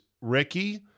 Ricky